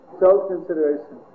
self-consideration